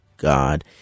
God